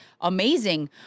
amazing